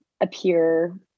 appear